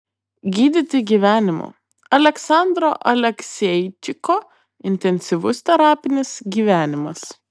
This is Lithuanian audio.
gydyti gyvenimu aleksandro alekseičiko intensyvus terapinis gyvenimas